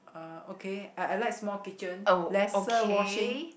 uh okay I I like small kitchen lesser washing